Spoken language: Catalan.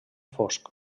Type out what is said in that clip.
fosc